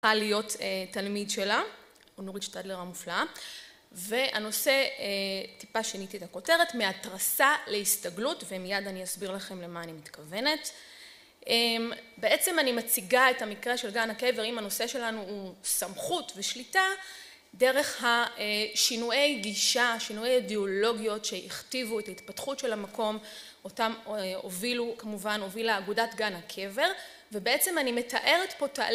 להיות תלמיד שלה, נורית שטדלר המופלאה והנושא, טיפה שיניתי את הכותרת, מהתרסה להסתגלות ומיד אני אסביר לכם למה אני מתכוונת. בעצם אני מציגה את המקרה של גן הקבר אם הנושא שלנו הוא סמכות ושליטה, דרך השינויי גישה, שינויי אידיאולוגיות שהכתיבו את ההתפתחות של המקום, אותם הובילו כמובן, הובילה אגודת גן הקבר ובעצם אני מתארת פה תהליך